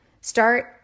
Start